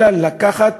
אלא לקחת